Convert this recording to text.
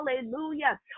Hallelujah